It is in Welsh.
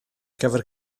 gyfer